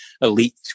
elite